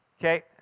Okay